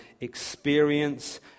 experience